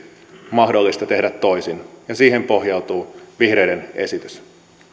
mahdollista tehdä toisin ja siihen pohjautuu vihreiden esitys